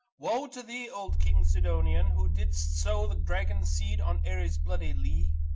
woe to thee, old king sidonian, who didst sow the dragon-seed on ares' bloody lea!